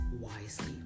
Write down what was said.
wisely